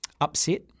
upset